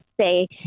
say